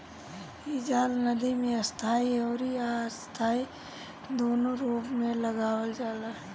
इ जाल नदी में स्थाई अउरी अस्थाई दूनो रूप में लगावल जाला